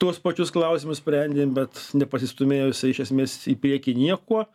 tuos pačius klausimus sprendėm bet nepasistūmėjo jisai iš esmės į priekį niekuo